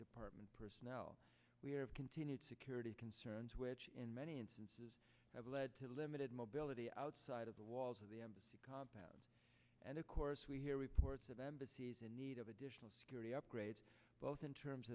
department personnel we have continued security concerns which in many instances have led to limited mobility outside of the walls of the embassy compound and of course we hear reports of embassies in need of additional the upgrade both in terms